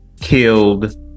killed